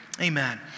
Amen